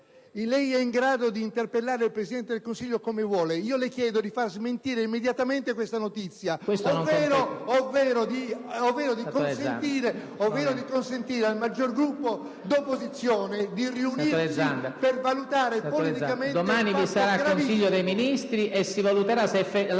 lei è in grado di interpellare il Presidente del Consiglio come vuole. Le chiedo di far smentire immediatamente questa notizia ovvero di consentire al maggior Gruppo di opposizione di riunirsi per valutare politicamente questo fatto gravissimo.